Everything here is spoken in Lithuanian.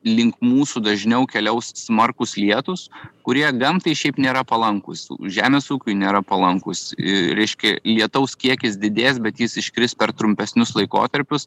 link mūsų dažniau keliaus smarkūs lietūs kurie gamtai šiaip nėra palankūs žemės ūkiui nėra palankūs ir reiškia lietaus kiekis didės bet jis iškris per trumpesnius laikotarpius